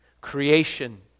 Creation